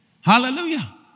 Hallelujah